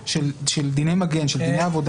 למשקיפים?